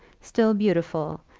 still beautiful,